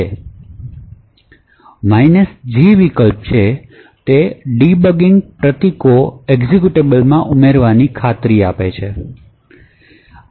G વિકલ્પ છે તે ડિબગીંગ પ્રતીકો એક્ઝિક્યુટેબલ માં ઉમેરવાની ખાતરી આપે છે